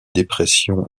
dépression